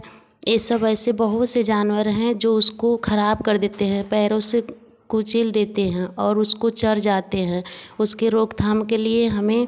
यह सब ऐसे बहुत से जानवर हैं जो उसको खराब कर देते हैं पैरों से कुचल देते हैं और उसको चढ़ जाते हैं उसके रोक थाम के लिए हमें